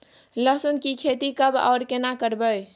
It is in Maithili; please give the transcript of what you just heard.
लहसुन की खेती कब आर केना करबै?